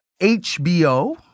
HBO